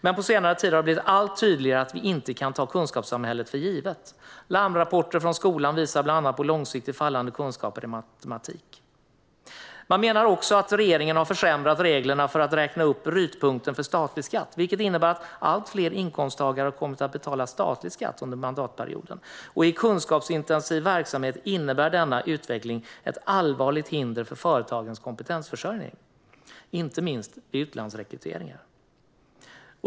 Men på senare tid har det blivit allt tydligare att vi inte kan ta kunskapssamhället för givet. Larmrapporter från skolan visar bland annat på långsiktigt fallande kunskaper i matematik. De menar också att regeringen har försämrat reglerna för att räkna upp brytpunkten för statlig skatt, vilket innebär att allt fler inkomsttagare under mandatperioden har kommit att betala statlig skatt. I kunskapsintensiv verksamhet innebär denna utveckling ett allvarligt hinder för företagens kompetensförsörjning, inte minst vid utlandsrekrytering.